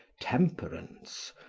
temperance,